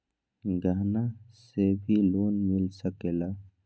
गहना से भी लोने मिल सकेला?